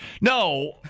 No